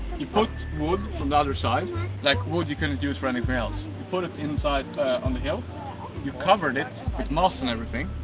you put wood from the other side like, wood you cannot use for anything else. you put it inside and you you cover and it, with moss and everything,